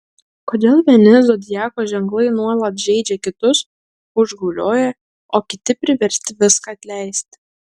kodėl vieni zodiako ženklai nuolat žeidžia kitus užgaulioja o kiti priversti viską atleisti